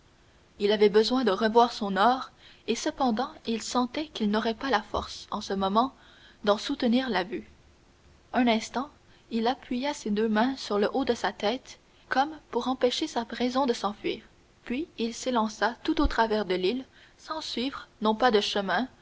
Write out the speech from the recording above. il avait besoin de revoir son or et cependant il sentait qu'il n'aurait pas la force en ce moment d'en soutenir la vue un instant il appuya ses deux mains sur le haut de sa tête comme pour empêcher sa raison de s'enfuir puis il s'élança tout au travers de l'île sans suivre non pas de chemin